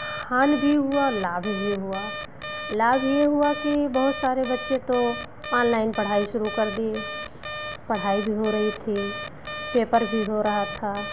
हानि भी हुआ लाभ भी हुआ लाभ यह हुआ कि बहुत सारे बच्चे तो ओनलाइन पढ़ाई शुरू कर दिए पढ़ाई भी हो रही थी पेपर भी हो रहा था